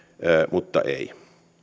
mutta ei